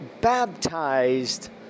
Baptized